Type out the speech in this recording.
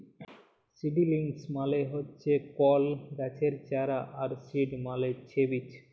seedlings মানে হচ্যে কল গাছের চারা আর সিড মালে ছে বীজ